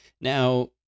Now